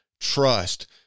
trust